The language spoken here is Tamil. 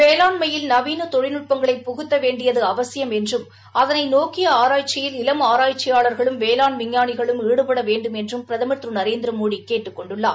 வேளாண்மையில் நவீன தொழில்நுட்பங்களை புகுத்த வேண்டியது அவசியம் என்றும் அதளை நோக்கிய ஆராய்ச்சியில் இளம் ஆராய்ச்சியாளர்களும் வேளாண் விஞ்ஞாளிகளும் ஈடுபட வேண்டும் என்று பிரதமர் திரு நரேந்திர மோடி கேட்டுக் கொண்டுள்ளார்